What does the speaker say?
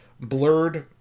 Blurred